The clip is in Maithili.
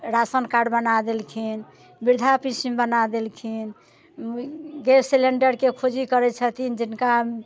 राशनकार्ड बना देलखिन वृद्धा पेंशन बना देलखिन गैस सिलिंडरके खोजी करै छथिन जिनका